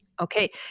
Okay